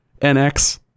nx